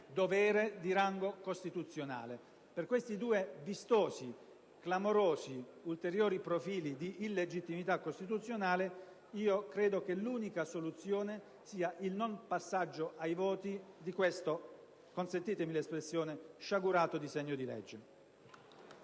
potere‑dovere di rango costituzionale. Per questi due vistosi, clamorosi, ulteriori profili di illegittimità costituzionale, credo che l'unica soluzione sia il non passaggio ai voti di questo sciagurato disegno di legge.